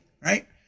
right